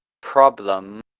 problem